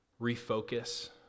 refocus